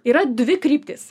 yra dvi kryptys